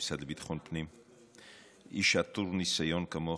למשרד לביטחון פנים, איש עטור ניסיון כמוך,